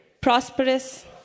prosperous